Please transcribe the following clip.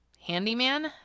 handyman